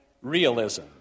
realism